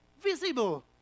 visible